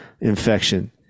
infection